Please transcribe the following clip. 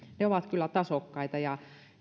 ovat kyllä tasokkaita ja